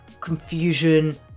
confusion